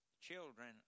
Children